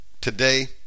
today